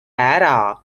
ära